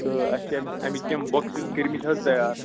تہ اَسہِ چِھ امہِ اَمِکۍ کیٚنٛہہ بۄکسِز کٔرۍمٕتۍ حظ تیار